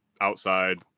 outside